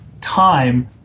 time